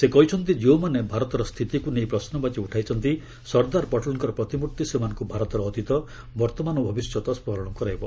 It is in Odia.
ସେ କହିଛନ୍ତି ଯେଉଁମାନେ ଭାରତର ସ୍ଥିତିକୁ ନେଇ ପ୍ରଶ୍ନବାଚୀ ଉଠାଇଛନ୍ତି ସର୍ଦ୍ଦାର ପଟେଲ୍ଙ୍କର ପ୍ରତିମୂର୍ତ୍ତି ସେମାନଙ୍କୁ ଭାରତର ଅତୀତ ବର୍ତ୍ତମାନ ଓ ଭବିଷ୍ୟତ ସ୍କରଣ କରାଇବ